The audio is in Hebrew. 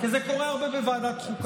משפט אחד, כי זה קורה הרבה בוועדת החוקה.